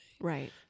Right